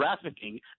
trafficking